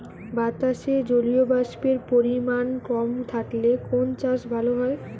বাতাসে জলীয়বাষ্পের পরিমাণ কম থাকলে কোন চাষ ভালো হয়?